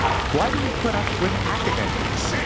why do we put up with academese?